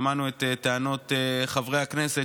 שמענו את טענות חברי הכנסת,